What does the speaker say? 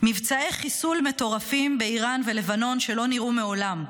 "מבצעי חיסול מטורפים באיראן ובלבנון שלא נראו מעולם,